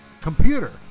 computer